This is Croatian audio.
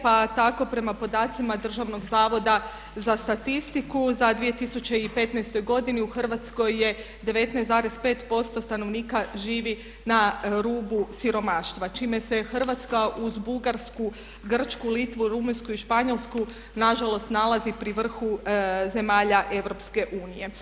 Pa tako prema podacima Državnog zavoda za statistiku u 2015. godini u Hrvatskoj 19,5% stanovnika živi na rubu siromaštva čime se Hrvatska uz Bugarsku, Grčku, Litvu, Rumunjsku i Španjolsku nažalost nalazi pri vrhu zemalja EU.